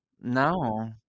No